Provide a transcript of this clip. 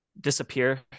disappear